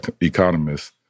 economists